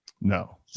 No